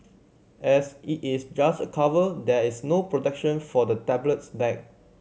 as it is just a cover there is no protection for the tablet's back